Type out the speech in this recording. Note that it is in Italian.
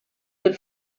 del